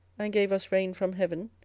and gave us rain from heaven,